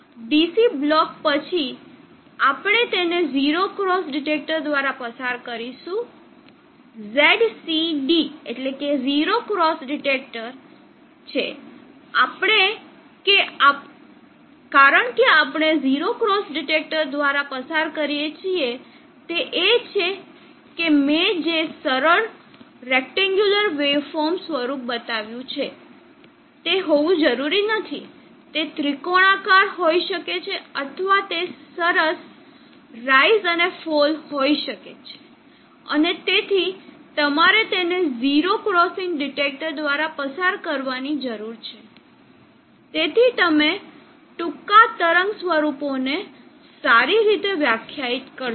DC block પછી આપણે તેને ઝીરો ક્રોસ ડિટેક્ટર દ્વારા પસાર કરીશું ZCD એ ઝીરો ક્રોસ ડિટેક્ટર છે કારણ કે આપણે ઝીરો ક્રોસ ડિટેક્ટર દ્વારા પસાર કરીએ છીએ તે એ છે કે મેં જે સરસ રેકટેન્ગ્યુલર વેવફોર્મ સ્વરૂપ બતાવ્યું છે તે હોવું જરૂરી નથી તે ત્રિકોણાકાર હોઈ શકે છે અથવા તે સરળ રાઈસ અને ફોલ હોઈ શકે છે અને તેથી તમારે તેને ઝીરો ક્રોસિંગ ડિટેક્ટર દ્વારા પસાર કરવાની જરૂર છે જેથી તમે ટૂંકા તરંગ સ્વરૂપોને સારી રીતે વ્યાખ્યાયિત કરશો